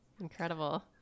Incredible